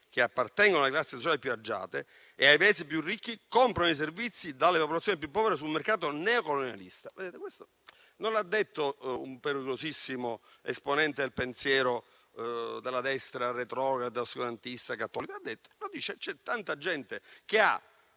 che appartengono alle classi sociali più agiate e ai Paesi più ricchi, comprano i servizi dalle popolazioni più povere sul mercato neocolonialista. Questo non l'ha detto un pericolosissimo esponente del pensiero della destra retrograda, oscurantista, cattolica. C'è tanta gente che ha